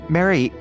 Mary